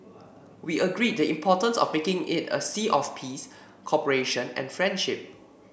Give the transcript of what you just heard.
we agreed the importance of making it a sea of peace cooperation and friendship